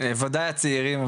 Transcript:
וודאי הצעירים,